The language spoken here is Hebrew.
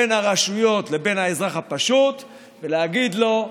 בין הרשויות לבין האזרח הפשוט ולהגיד לו: